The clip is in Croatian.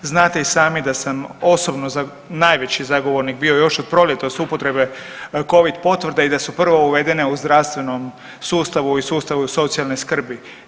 Znate i sami da sam osobno najveći zagovornik bio još od proljetost upotrebe Covid potvrda i da su prvo uvedene u zdravstvenom sustavu i sustavu socijalne skrbi.